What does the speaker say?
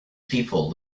people